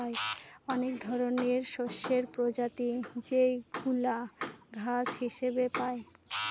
এক ধরনের শস্যের প্রজাতি যেইগুলা ঘাস হিসেবে পাই